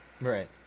Right